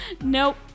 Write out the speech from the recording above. Nope